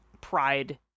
pride